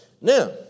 Now